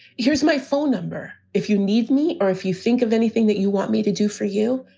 here's my phone number if you need me or if you think of anything that you want me to do for you.